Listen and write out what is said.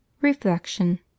reflection